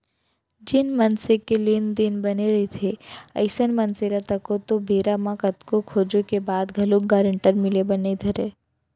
जेन मनसे के लेन देन बने रहिथे अइसन मनसे ल तको तो बेरा म कतको खोजें के बाद घलोक गारंटर मिले बर नइ धरय